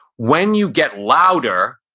when you get louder,